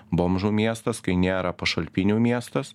bomžų miestas kai nėra pašalpinių miestas